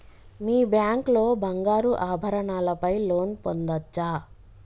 మీ bank లో బంగారు ఆభరణాల పై లోన్ పొందచ్చా?